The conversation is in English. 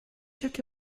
check